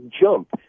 jump